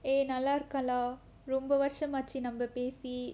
eh நல்லா இருக்கேன்:nalla irukkaen lah ரொம்ப வருஷமாச்சி நம்ப பேசி:romba varushamaachi namba pesi